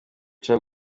guca